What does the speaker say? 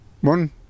One